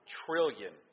trillion